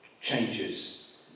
changes